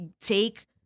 take